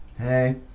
hey